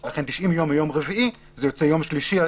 לכן 90 יום מיום רביעי זה יוצא יום שלישי,